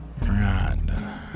Right